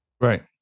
Right